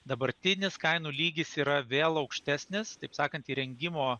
dabartinis kainų lygis yra vėl aukštesnis taip sakant įrengimo